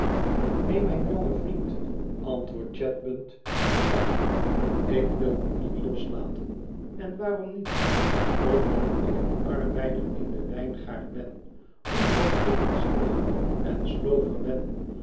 neen mijn jonge vriend antwoordt chadband zoetsappig ik wil u niet loslaten en waarom niet omdat ik een arbeider in den wijngaard ben omdat ik een zwoeger en slover ben